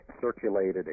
circulated